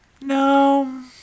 No